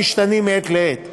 המשתנים מעת לעת,